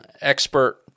expert